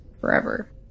Forever